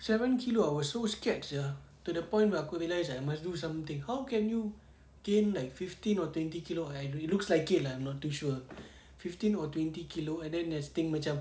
seven kilo I was so scared sia to the point where aku realise I must do something how can you gain like fifteen or twenty kilo it it looks like it lah I'm not too sure fifteen or twenty kilo and then there's thing macam